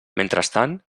mentrestant